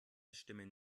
stimmen